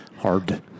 Hard